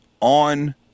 on